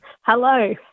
Hello